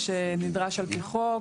יש היום נציגות לאדריכלים.